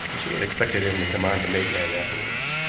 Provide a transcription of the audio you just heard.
and she had expected him to come on to maidenhead afterward.